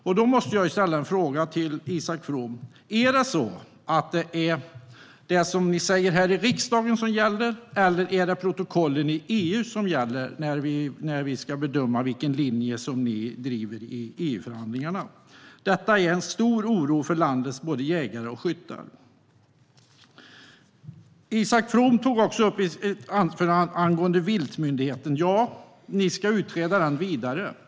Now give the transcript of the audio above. Därför måste jag ställa en fråga till Isak From: Är det vad ni säger här i riksdagen som gäller, eller är det protokollen i EU som gäller när vi ska bedöma vilken linje ni driver i EU-förhandlingarna? Detta orsakar en stor oro för landets jägare och skyttar. Angående viltmyndigheten tog Isak From upp i sitt anförande att ni ska utreda den vidare.